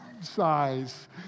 size